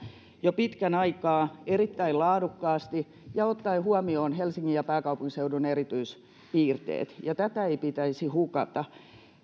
jo pitkän aikaa erittäin laadukkaasti ja ottaen huomioon helsingin ja pääkaupunkiseudun erityispiirteet ja tätä ei pitäisi hukata